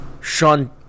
Sean